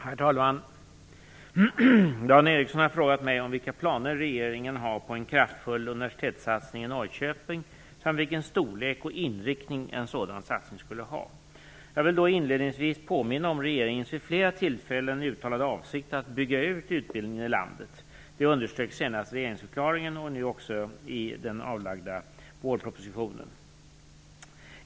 Herr talman! Dan Ericsson har frågat mig om vilka planer regeringen har på en kraftfull universitetssatsning i Norrköping samt vilken storlek och inriktning en sådan satsning skulle ha. Jag vill inledningsvis påminna om regeringens vid flera tillfällen uttalade avsikt att bygga ut utbildningen i landet. Det underströks senast i regeringsförklaringen och nu också i vårpropositionen.